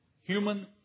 human